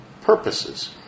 purposes